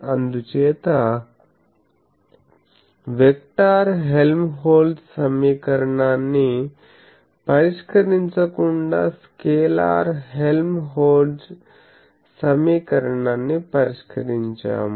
అందుచేత vector Helmholtz సమీకరణాన్ని పరిష్కరించకుండా స్కేలార్ హెల్మ్హోల్ట్జ్ సమీకరణాన్ని పరిష్కరించాము